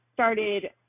started